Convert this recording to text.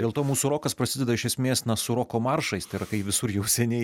dėl to mūsų rokas prasideda iš esmės na su roko maršais tai yra kai visur jau seniai